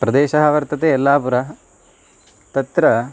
प्रदेशः वर्तते येल्लापुरः तत्र